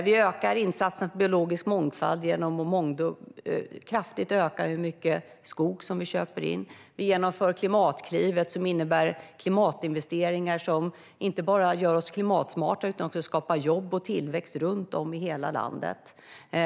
Vi ökar satsningarna på biologisk mångfald genom att kraftigt öka mängden skog vi köper in, och vi genomför Klimatklivet, som innebär klimatinvesteringar som inte bara gör oss klimatsmarta utan också skapar jobb och tillväxt runt om i hela landet.